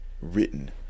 written